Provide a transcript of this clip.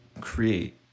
create